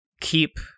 keep